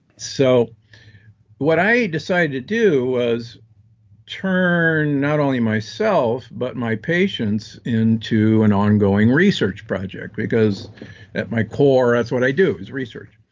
so what i decided to do was turn, not only myself, but my patients into an ongoing research project. because at my core, that's what i do is research.